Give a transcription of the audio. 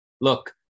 look